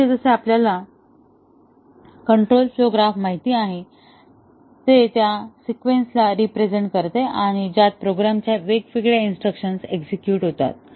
येथे जसे आपल्याला कंट्रोल फ्लो ग्राफ माहित आहे ते त्या सिक्वेन्स ला रिप्रेझेन्ट करते ज्यात प्रोग्रामच्या वेगवेगळ्या इंस्ट्रक्शन्स एक्झेक्युट होतात